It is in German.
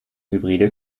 hybride